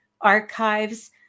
archives